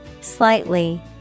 Slightly